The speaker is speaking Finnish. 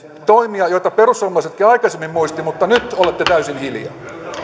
toimia jotka perussuomalaisetkin aikaisemmin muistivat mutta nyt olette täysin hiljaa